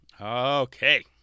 Okay